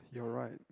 you're right